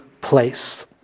place